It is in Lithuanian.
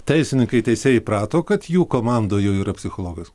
teisininkai teisėjai įprato kad jų komandoj jau yra psichologas